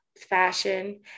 fashion